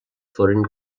foren